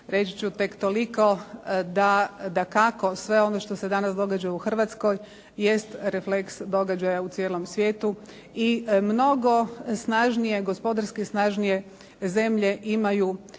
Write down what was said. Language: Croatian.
Reći ću tek toliko da dakako sve ovo što se danas događa u Hrvatskoj jest refleks događaja u cijelom svijetu i mnogo snažnije, gospodarski snažnije zemlje imaju